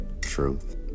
truth